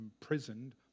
imprisoned